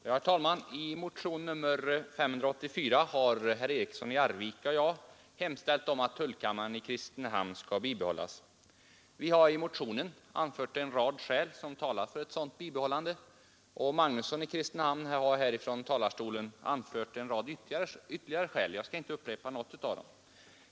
Herr talman! I motionen 584 har herr Eriksson i Arvika och jag hemställt att tullkammaren i Kristinehamn skall bibehållas. Vi har i motionen anfört en rad skäl som talar för ett sådant bibehållande, och herr Magnusson i Kristinehamn har från talarstolen anfört ytterligare en rad skäl för detta — jag skall emellertid inte upprepa något av dem.